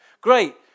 Great